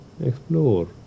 explore